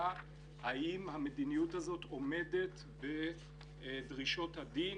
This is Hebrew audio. האם המדיניות הזו עומדת בדרישות הדין,